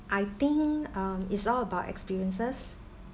I think um it's all about experiences